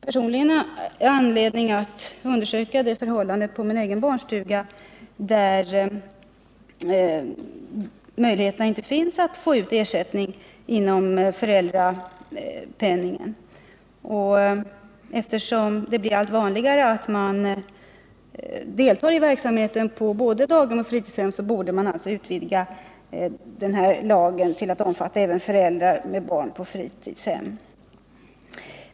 Personligen har jag haft anledning att undersöka detta förhållande på min egen barnstuga, där möjligheten inte finns att få ut ersättning genom föräldrapenningen. Eftersom det blir allt vanligare att man deltar i verksamheten på både daghem och fritidshem borde alltså lagen utvidgas till att omfatta även föräldrar med barn på fritidshem.